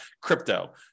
crypto